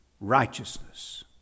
righteousness